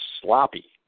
sloppy